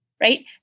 right